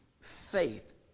faith